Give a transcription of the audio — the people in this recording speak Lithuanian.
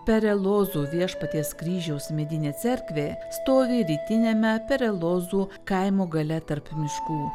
perelozų viešpaties kryžiaus medinė cerkvė stovi rytiniame perelozų kaimo gale tarp miškų